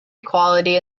equality